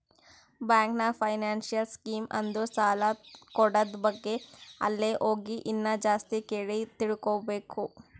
bank ನಾಗ್ financial scheme ಅಂದುರ್ ಸಾಲ ಕೂಡದ್ ಬಗ್ಗೆ ಅಲ್ಲೇ ಹೋಗಿ ಇನ್ನಾ ಜಾಸ್ತಿ ಕೇಳಿ ತಿಳ್ಕೋಬೇಕು